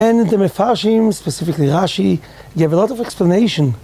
‫והמפרשים, ספציפית רשי, ‫יש להם הרבה הסבירה.